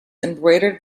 embroidered